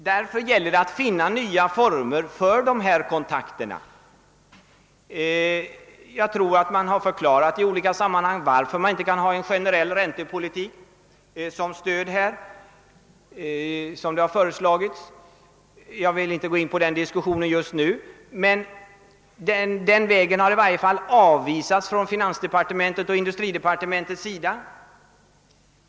Därför måste vi finna nya former för dessa kontakter. Jag tror att man i olika sammanhang har förklarat varför man inte kan använda en generell räntepolitik som stöd härvidlag på sätt som föreslagits. Jag vill inte gå in på någon diskussion om detta just nu, men den vägen har i alla fall avvisats av finansdepartementet och industridepartementet.